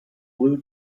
blue